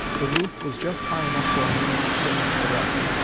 the roof was just high enough for a man to stand erect.